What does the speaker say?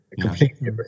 completely